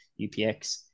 UPX